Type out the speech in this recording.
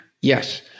Yes